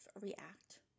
react